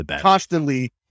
constantly